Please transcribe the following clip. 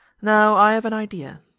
now i have an idea,